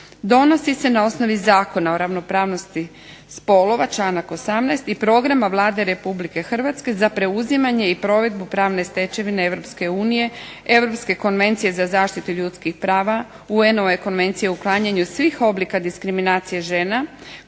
Donosi se na osnovi Zakona o ravnopravnosti spolova, članak 18. i programa Vlade RH za preuzimanje i provedbu pravne stečevine EU, Europske konvencije za zaštitu ljudskih prava UN-ove konvencije o uklanjanju svih oblika diskriminacije žena,